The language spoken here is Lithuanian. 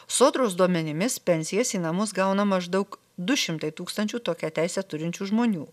sodros duomenimis pensijas į namus gauna maždaug du šimtai tūkstančių tokią teisę turinčių žmonių